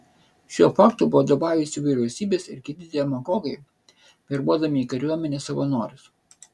šiuo faktu vadovaujasi vyriausybės ir kiti demagogai verbuodami į kariuomenę savanorius